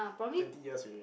twenty years already